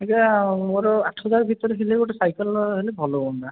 ଆଜ୍ଞା ମୋର ଆଠହଜାର ଭିତରେ ହେଲେ ଗୋଟେ ସାଇକେଲ ହେଲେ ଭଲ ହୁଅନ୍ତା